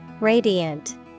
Radiant